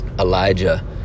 Elijah